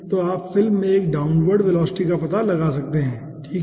तो आप फिल्म में एक डाउनवार्ड वेलोसिटी का पता लगा सकते हैं ठीक है